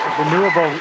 Renewable